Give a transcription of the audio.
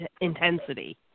intensity